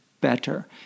better